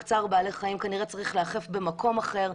צער בעלי חיים כנראה צריך להיאכף במקום אחר,